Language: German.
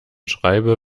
schreibe